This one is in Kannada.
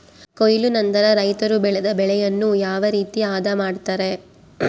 ಕೊಯ್ಲು ನಂತರ ರೈತರು ಬೆಳೆದ ಬೆಳೆಯನ್ನು ಯಾವ ರೇತಿ ಆದ ಮಾಡ್ತಾರೆ?